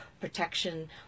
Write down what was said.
protection